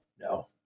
no